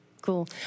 Cool